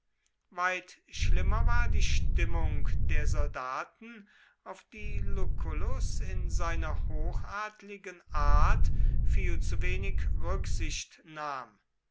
weit schlimmer war die stimmung der soldaten auf die lucullus in seiner hochadligen art viel zu wenig